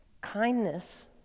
Kindness